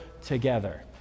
together